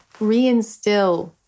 reinstill